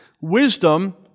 wisdom